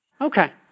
Okay